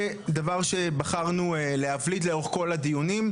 זה דבר שבחרנו להבליט לאורך כל הדיונים,